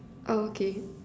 oh okay